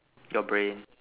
your brain